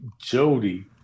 Jody